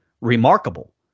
remarkable